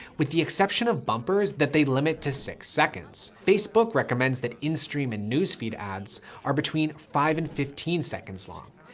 with the exception of bumpers that they limit to six seconds. facebook recommends that instream and newsfeed ads are between five and fifteen seconds long.